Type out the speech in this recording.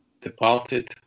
departed